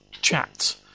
chat